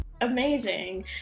Amazing